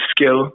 skill